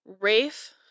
Rafe